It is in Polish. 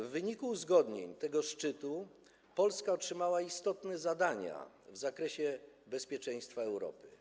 W wyniku uzgodnień tego szczytu Polska otrzymała istotne zadania w zakresie bezpieczeństwa Europy.